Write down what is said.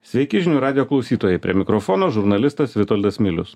sveiki žinių radijo klausytojai prie mikrofono žurnalistas vitoldas milius